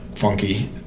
funky